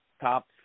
top